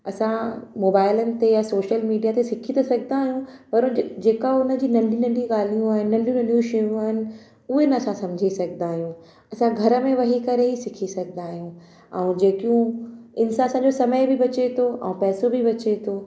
असां मोबाइलनि ते या सोशल मीडिया ते सिखी त सघंदा आहियूं पर जे जेका उन जी नंढी नंढी ॻाल्हियूं आहिनि नंढियूं नंढियूं शयूं आहिनि उहे नथा सम्झी सघंदा आहियूं असां घर में वेही करे सिखी सघंदा आहियूं ऐं जेकियूं इन सां असांजो समय बि बचे थो ऐं पैसो बि बचे थो